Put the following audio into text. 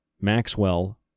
Maxwell